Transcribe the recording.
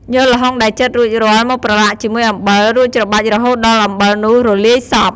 យកល្ហុងដែលចិតរួចរាល់ មកប្រឡាក់ជាមួយអំបិល រួចច្របាច់រហូតដល់អំបិលនោះរលាយសព្វ។